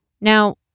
Now